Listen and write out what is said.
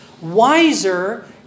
wiser